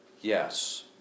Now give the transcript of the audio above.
Yes